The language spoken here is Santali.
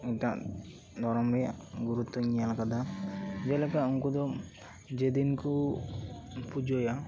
ᱜᱟᱜ ᱜᱚᱨᱚᱢ ᱨᱮᱭᱟᱜ ᱜᱩᱨᱩᱛᱚᱧ ᱧᱮᱞ ᱟᱠᱟᱫᱟ ᱡᱮᱞᱮᱠᱟ ᱩᱱᱠᱩ ᱫᱚ ᱡᱮᱫᱤᱱ ᱠᱚ ᱯᱩᱡᱟᱹᱭᱟ